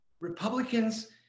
republicans